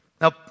Now